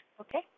okay